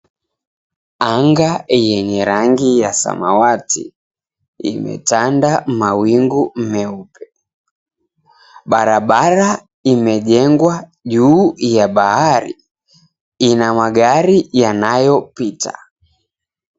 Anga yenye rangi ya samawati imetanda mawingu meupe. Barabara imejengwa juu ya bahari ina magari yanayopita.